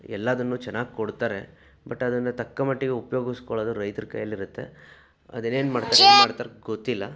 ಎಲ್ಲದನ್ನೂ ಚೆನ್ನಾಗಿ ಕೊಡ್ತಾರೆ ಬಟ್ ಅದನ್ನು ತಕ್ಕ ಮಟ್ಟಿಗೆ ಉಪಯೋಗಿಸ್ಕೊಳ್ಳೋದು ರೈತರ ಕೈಯ್ಯಲ್ಲಿ ಇರತ್ತೆ ಅದನ್ನೇನು ಮಾಡ್ತಾರೆ ಗೊತ್ತಿಲ್ಲ